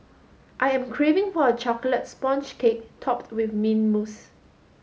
I am craving for a chocolate sponge cake topped with mint mousse